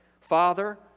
Father